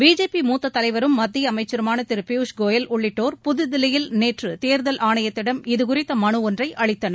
BJP மூத்த தலைவரும் மத்திய அமைச்சருமான திரு பியூஷ் கோயல் உள்ளிட்டோர் புதுதில்லியில் நேற்று தேர்தல் ஆணையத்திடம் இதுகுறித்த மனு ஒன்றை அளித்தனர்